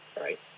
Right